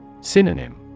Synonym